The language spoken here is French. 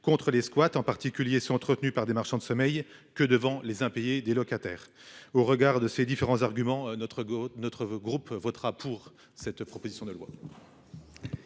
contre les squats en particulier sont entretenus par des marchands de sommeil que devant les impayés des locataires au regard de ces différents arguments notre notre groupe votera pour cette proposition de loi.